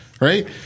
right